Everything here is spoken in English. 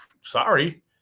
sorry